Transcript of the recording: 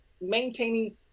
maintaining